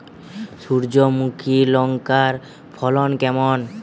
সূর্যমুখী লঙ্কার ফলন কেমন?